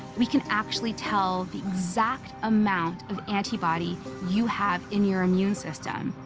we can actually tell the exact amount of antibody you have in your immune system.